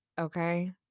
Okay